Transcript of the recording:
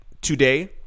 today